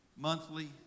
Monthly